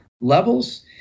levels